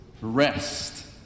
rest